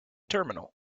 terminal